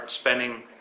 spending